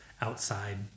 outside